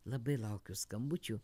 labai laukiu skambučių